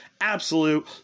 Absolute